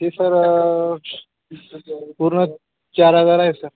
ते सर पूर्ण चार हजार आहे सर